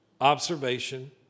observation